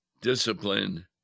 Discipline